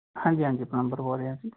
ਹਾਂਜੀ ਹਾਂਜੀ ਪਲੰਬਰ ਬੋਲ ਰਿਹਾ ਜੀ